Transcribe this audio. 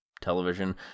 television